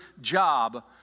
job